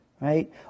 right